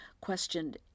questioned